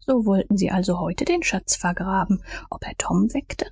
so wollten sie also heute den schatz vergraben ob er tom weckte